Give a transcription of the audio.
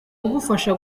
kugufasha